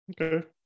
Okay